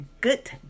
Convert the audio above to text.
good